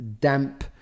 damp